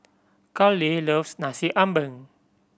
Karlee loves Nasi Ambeng